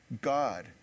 God